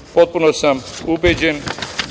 Srbije. Potpuno sam ubeđen